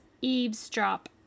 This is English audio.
eavesdrop